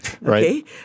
right